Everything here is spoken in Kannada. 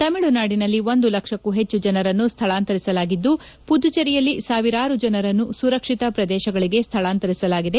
ತಮಿಳುನಾಡಿನಲ್ಲಿ ಒಂದು ಲಕ್ಷಕ್ಕೂ ಹೆಚ್ಚು ಜನರನ್ನು ಸ್ಥಳಾಂತರಿಸಲಾಗಿದ್ದು ಪುದುಚೆರಿಯಲ್ಲಿ ಸಾವಿರಾರು ಜನರನ್ನು ಸುರಕ್ಷಿತ ಪ್ರದೇಶಗಳಿಗೆ ಸ್ಥಳಾಂತರಿಸಲಾಗಿದೆ